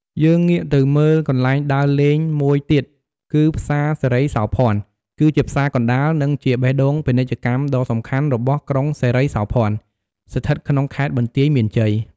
យើងងាកទៅមើកន្លែងដើរលេងមួយទៀតគឺផ្សារសិរីសោភ័ណ គឺជាផ្សារកណ្ដាល និងជាបេះដូងពាណិជ្ជកម្មដ៏សំខាន់របស់ ក្រុងសិរីសោភ័ណ ស្ថិតក្នុងខេត្តបន្ទាយមានជ័យ។